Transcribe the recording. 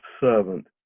servant